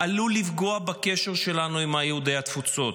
עלול לפגוע בקשר שלנו עם יהודי התפוצות.